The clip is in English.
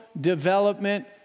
development